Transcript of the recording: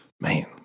Man